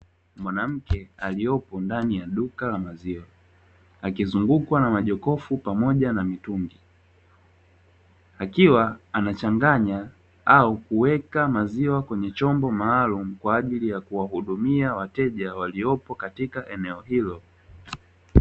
Mwanamke aliyopo ndani ya duka la maziwa akizungukwa na majokofu pamoja na mitungi, akiwa anachanganya au kuweka maziwa kwenye chombo maalumu kwa ajili ya kuwahudumia wateja waliopo katika eneo hilo.